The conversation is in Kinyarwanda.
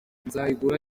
nzayigura